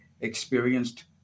experienced